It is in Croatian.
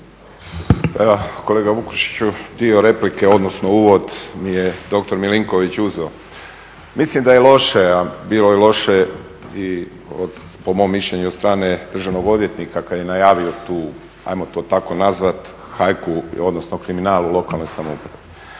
Pa kolega Vukšiću, dio replike, odnosno uvod mi je doktor Milinković uzeo. Mislim da je loše, a bilo je loše i po mom mišljenju od strane državnog odvjetnika kad je najavio tu, ajmo to tako nazvat hajku odnosno kriminal lokalne samouprave.